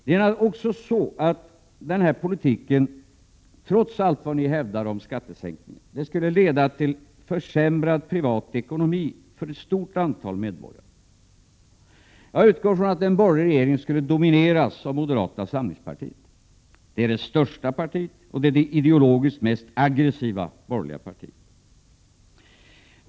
Dessutom skulle den här politiken, trots allt vad ni hävdar om skattesänkningar, leda till försämrad privat ekonomi för ett stort antal medborgare. Jag utgår från att en borgerlig regering skulle domineras av moderata samlingspartiet, eftersom det är det största partiet och det ideologiskt mest aggressiva borgerliga partiet.